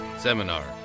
Seminar